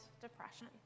depression